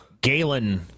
Galen